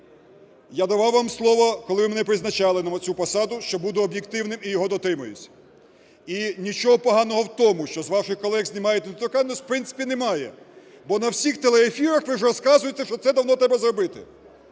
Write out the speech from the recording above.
Я давав вам слово, коли ви мене призначали на цю посаду, що буду об'єктивним і його дотримаються. І нічого поганого в тому, що з ваших колег знімають недоторканність, в принципі, немає, бо на всіх телеефірах ви ж розказуєте, що це давно треба зробити.